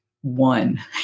one